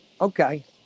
Okay